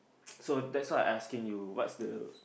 so that's why asking you what's the